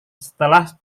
setelah